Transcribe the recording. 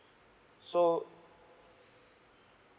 so